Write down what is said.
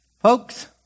folks